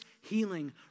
healing